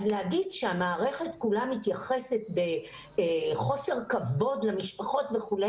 אז להגיד שהמערכת כולה מתייחסת בחוסר כבוד למשפחות וכו',